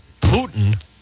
Putin